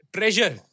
Treasure